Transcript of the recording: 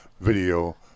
video